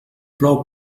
plou